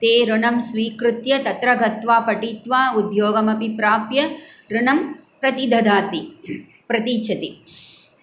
ते ऋणं स्वीकृत्य तत्र गत्वा पठित्वा उद्योगमपि प्राप्य ऋणं प्रतिददाति प्रतीच्छति